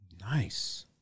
Nice